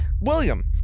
William